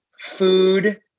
food